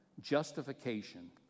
Justification